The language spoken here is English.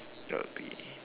rugby